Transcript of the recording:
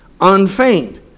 unfeigned